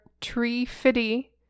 tree-fitty